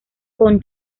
con